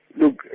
Look